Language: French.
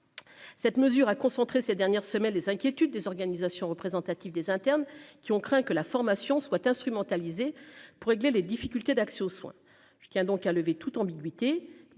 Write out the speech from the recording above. Cette mesure a concentré ces dernières semaines, les inquiétudes des organisations représentatives des internes qui ont craint que la formation soit instrumentalisée pour régler les difficultés d'accès aux soins, je tiens donc à lever toute ambiguïté